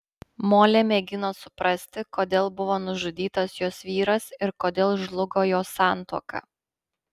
molė mėgino suprasti kodėl buvo nužudytas jos vyras ir kodėl žlugo jos santuoka